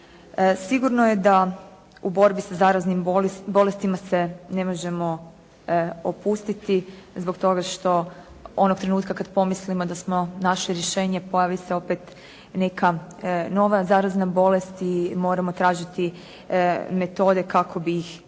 Sigurno je da u borbi sa zaraznim bolestima se ne možemo opustiti zbog toga što onog trenutka kad pomislimo da smo našli rješenje pojavi se opet neka nova zarazna bolest i moramo tražiti metode kako bi ih suzbili.